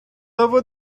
over